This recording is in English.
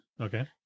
Okay